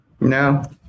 No